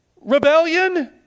rebellion